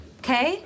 okay